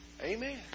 Amen